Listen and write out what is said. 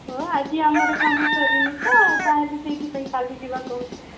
ହଉ ଆଜି ଆମର କାମ ସରିନି ତ ତାହେଲେ ସେଇଥିପାଇଁ କାଲି ଯିବା କହୁଥିଲୁ